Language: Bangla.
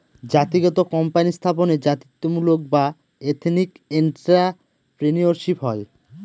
জাতিগত কোম্পানি স্থাপনে জাতিত্বমূলক বা এথেনিক এন্ট্রাপ্রেনিউরশিপ হয়